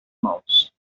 mãos